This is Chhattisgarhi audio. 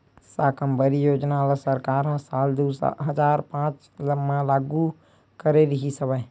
साकम्बरी योजना ल सरकार ह साल दू हजार पाँच म लागू करे रिहिस हवय